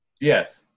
yes